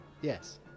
Yes